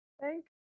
thank